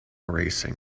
racing